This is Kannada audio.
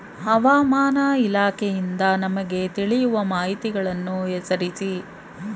ಹವಾಮಾನ ಇಲಾಖೆಯಿಂದ ನಮಗೆ ತಿಳಿಯುವ ಮಾಹಿತಿಗಳನ್ನು ಹೆಸರಿಸಿ?